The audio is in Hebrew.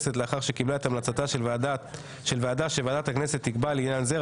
לאחר שקיבלה את המלצתה של ועדה שוועדת הכנסת תקבע לעניין זה,